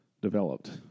developed